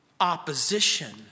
opposition